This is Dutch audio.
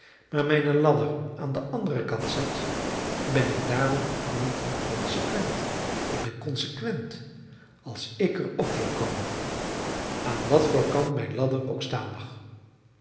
maar mijne ladder aan den anderen kant zet ben ik daarom niet consequent ik ben consequent als ik er op wil komen aan wat voor kant mijne ladder ook staan mag